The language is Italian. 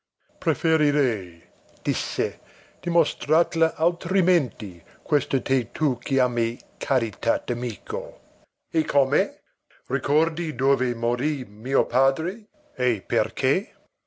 preferirei disse dimostrartela altrimenti questa che tu chiami carità d'amico e come ricordi dove morì mio padre e perché